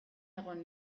egon